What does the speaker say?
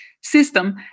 system